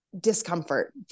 discomfort